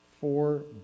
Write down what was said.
four